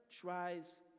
tries